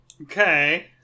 Okay